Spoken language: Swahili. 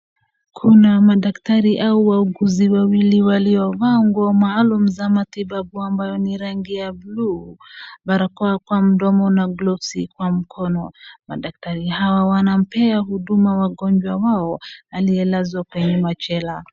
Kuna madaktari au wauguzi wawili waliovaa ngu maalum za matibabu ambayo ni rangi ya buluu, barakoa kwa mdomo na glovusi kwa mkono. Madaktari hao wanampea huduma wagonjwa wao aliyolazwa kwa machela.